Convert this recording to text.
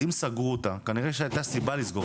אם סגרו אותה, כנראה שהייתה סיבה לסגור אותה.